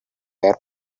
air